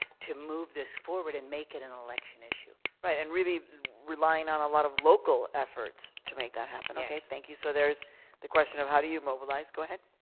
to move this forward and make it an election issue. right, and really relying on a lot of local efforts to make that happen. okay, thank you. so there's the question of how do you mobilize. go ahead.